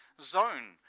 zone